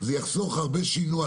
זה יחסוך הרבה שינוע.